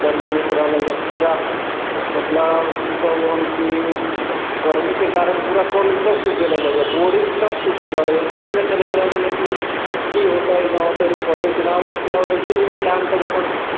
गरमी होइत रहलैया पूरा मतलब की कहूँ हम की गरमीके कारण पूरा कल उल सब सूख गेल रहलैया बोरिङ्ग तक सूख गेल रहलैया पते नहि चलैत रहलैया कि की होतै नहि होतै रोपऽतै कि नहि अगर ऐसे भी किसान सब अपन